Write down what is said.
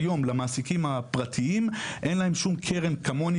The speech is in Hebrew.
למעסיקים הפרטיים אין היום קרן פרטית